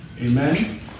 Amen